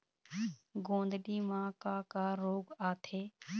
गोंदली म का का रोग आथे?